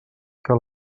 que